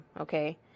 Okay